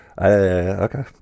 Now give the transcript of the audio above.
Okay